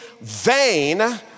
vain